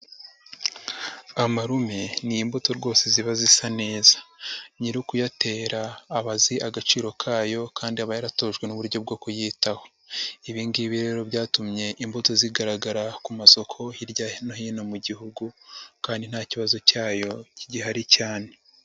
Amarume ni imbuto rwose ziba zisa neza, nyirukuyatera aba azi agaciro kayo kandi aba yaratojwe n'uburyo bwo kuyitaho, ibingibi rero byatumye imbuto zigaragara ku masoko hirya no hino mu gihugu kandi nta kibazo cyayogihari cyane.